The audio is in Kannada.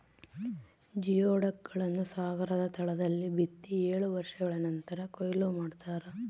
ಜಿಯೊಡಕ್ ಗಳನ್ನು ಸಾಗರದ ತಳದಲ್ಲಿ ಬಿತ್ತಿ ಏಳು ವರ್ಷಗಳ ನಂತರ ಕೂಯ್ಲು ಮಾಡ್ತಾರ